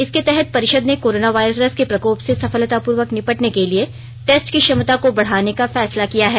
इसके तहत परिषद ने कोरोना वायरस के प्रकोप से सफलतापूर्वक निपटने के लिए टेस्ट की क्षमता को बढाने का फैसला किया है